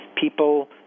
people